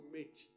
make